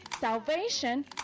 salvation